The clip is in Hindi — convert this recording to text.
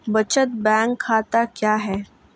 बचत बैंक खाता क्या है?